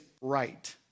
Right